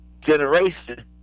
generation